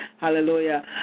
Hallelujah